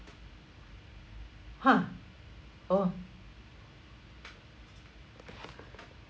!huh! oh